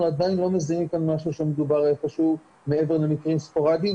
אנחנו עדיין לא מזהים כאן שהוא מעבר למקרים ספוראדיים,